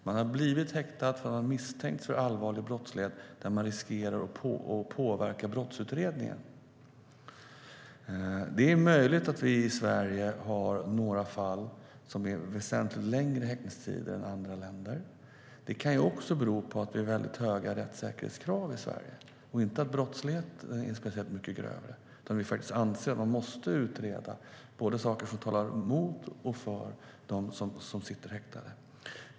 Man har blivit häktad därför att man är misstänkt för allvarlig brottslighet där man riskerar att påverka brottsutredningen. Det är möjligt att vi i Sverige har några fall med väsentligt längre häktningstider än andra länder. Det kan också bero på att vi har höga rättssäkerhetskrav i Sverige, och inte på att brottsligheten är speciellt mycket grövre. Vi anser att man måste utreda både saker som talar mot och för dem som sitter häktade.